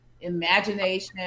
imagination